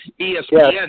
ESPN